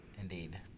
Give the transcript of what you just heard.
Indeed